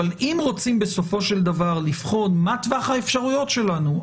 אם רוצים לבחון מהו טווח האפשרויות שלנו,